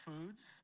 foods